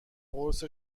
قرص